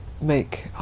make